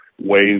ways